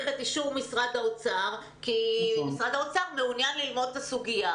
את אישור משרד האוצר כי משרד האוצר מעוניין ללמוד את הסוגיה.